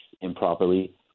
improperly